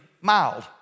mild